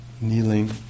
kneeling